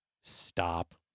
Stop